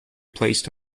placed